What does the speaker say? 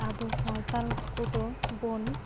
ᱟᱵᱚ ᱥᱟᱱᱛᱟᱲ ᱠᱚᱫᱚ ᱵᱚᱱ